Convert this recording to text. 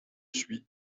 suis